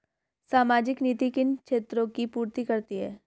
सामाजिक नीति किन क्षेत्रों की पूर्ति करती है?